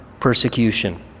persecution